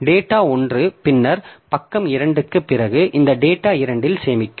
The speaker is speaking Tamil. எனவே டேட்டா 1 பின்னர் பக்கம் 2 க்குப் பிறகு இந்த டேட்டா இரண்டில் சேமிக்கும்